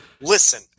Listen